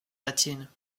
latine